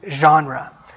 genre